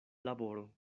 laboro